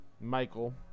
Michael